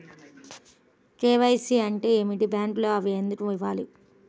KYC అంటే ఏమిటి? బ్యాంకులో అవి ఎందుకు ఇవ్వాలి?